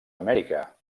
amèrica